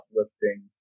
uplifting